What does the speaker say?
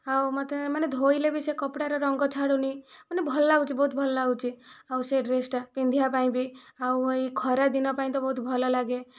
ଆଉ ମୋତେ ମାନେ ଧୋଇଲେ ବି ସେ କପଡ଼ାର ରଙ୍ଗ ଛାଡ଼ୁନି ମାନେ ଭଲ ଲାଗୁଛି ବହୁତ ଭଲ ଲାଗୁଛି ଆଉ ସେ ଡ୍ରେସଟା ପିନ୍ଧିବା ପାଇଁ ବି ଆଉ ଏଇ ଖରାଦିନ ପାଇଁ ତ ବହୁତ ଭଲ ଲାଗେ